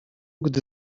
gdy